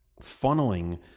funneling